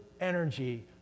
energy